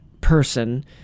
person